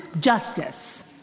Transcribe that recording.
justice